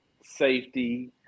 safety